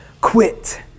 quit